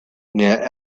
near